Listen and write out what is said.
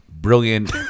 brilliant